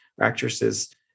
Actresses